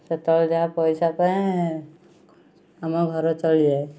ସେତେବେଳେ ଯାହା ପଇସା ପାଏ ଆମ ଘର ଚଳିଯାଏ